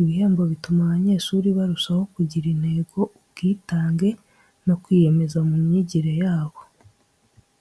Ibihembo bituma abanyeshuri barushaho kugira intego, ubwitange no kwiyemeza mu myigire yabo.